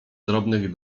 drobnych